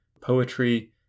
poetry